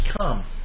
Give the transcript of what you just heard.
come